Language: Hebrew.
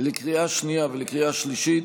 לקריאה שנייה ולקריאה שלישית: